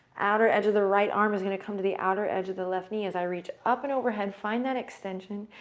outer edge of the right arm is going to come to the outer edge of the left knee as i reach up and overhead, find that extension,